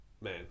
Man